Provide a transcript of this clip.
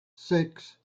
six